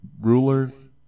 rulers